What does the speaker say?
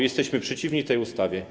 Jesteśmy przeciwni tej ustawie.